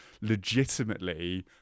legitimately